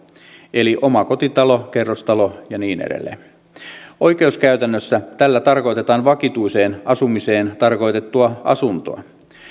eli omakotitaloon kerrostaloon ja niin edelleen oikeuskäytännössä tällä tarkoitetaan vakituiseen asumiseen tarkoitettua asuntoa